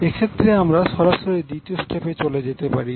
এক্ষেত্রে আমরা সরাসরি দ্বিতীয় স্টেপে চলে যেতে পারি